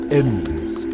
endless